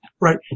Right